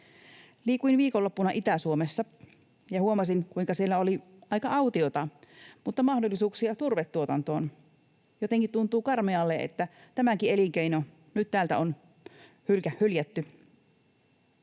Liikuin viikonloppuna Itä-Suomessa ja huomasin, kuinka siellä oli aika autiota mutta mahdollisuuksia turvetuotantoon. Jotenkin tuntuu karmealle, että tämäkin elinkeino nyt täältä on hyljätty.